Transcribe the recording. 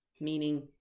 meaning